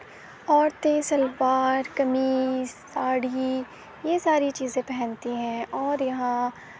عورتیں شلوار قمیص ساڑی یہ ساری چیزیں پہنتی ہیں اور یہاں